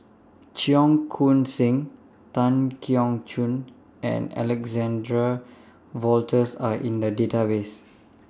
Cheong Koon Seng Tan Keong Choon and Alexander Wolters Are in The Database